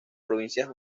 provincias